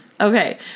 Okay